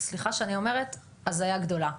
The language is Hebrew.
סליחה שאני אומרת הזיה גדולה.